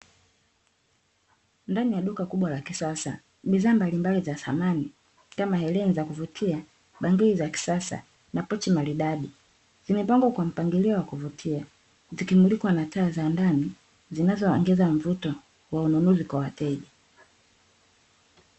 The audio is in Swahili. Ndani ya duka kubwa la kisasa bidhaa mbalimbali za thamani kama; hereni za kuvutia, bangili za kisasa na pochi maridadi zimepangwa kwa mpangilio wakuvutia zikimulikwa na taa za ndani zinazoongeza mvuto wa ununuzi kwa wateja.